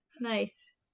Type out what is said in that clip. Nice